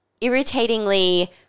irritatingly